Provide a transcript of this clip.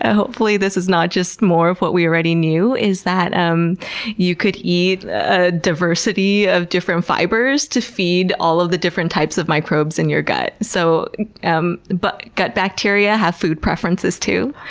ah hopefully this is not just more of what we already knew, is that um you could eat a diversity of different fibers to feed all of the different types of microbes in your gut. so um but gut bacteria have food preferences, too.